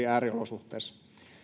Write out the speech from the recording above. ääriolosuhteissa